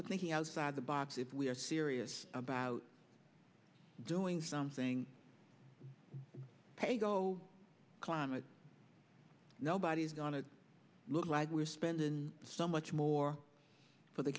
for thinking outside the box if we're serious about doing something paygo climate nobody's going to look like we're spending so much more for the